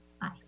bye